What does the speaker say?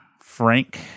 Frank